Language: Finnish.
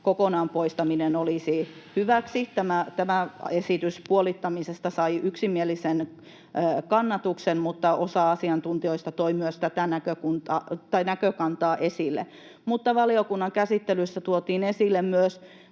kokonaan poistaminen olisi hyväksi. Tämä esitys puolittamisesta sai yksimielisen kannatuksen, mutta osa asiantuntijoista toi myös tätä näkökantaa esille. Mutta valiokunnan käsittelyssä tuotiin esille